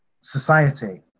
society